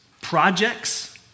projects